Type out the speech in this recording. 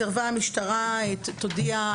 סירבה המשטרה, תודיע.